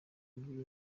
muri